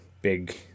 big